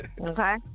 Okay